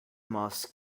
most